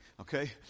okay